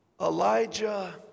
Elijah